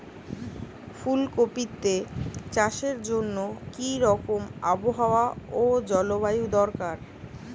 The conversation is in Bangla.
ফুল কপিতে চাষের জন্য কি রকম আবহাওয়া ও জলবায়ু দরকার?